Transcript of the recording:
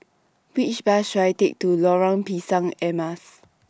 Which Bus should I Take to Lorong Pisang Emas